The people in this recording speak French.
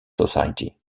society